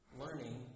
learning